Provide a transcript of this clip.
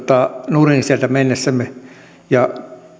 nurin ja